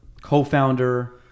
Co-founder